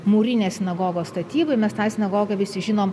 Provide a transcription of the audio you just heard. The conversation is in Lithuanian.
mūrinės sinagogos statybai mes tą sinagogą visi žinom